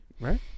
right